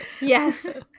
Yes